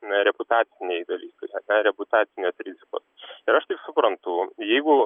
na reputaciniai dalykai ar ne reputacinės rizikos ir aš kaip suprantu jeigu